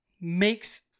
makes